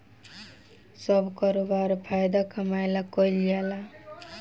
सब करोबार फायदा कमाए ला कईल जाल